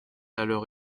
alors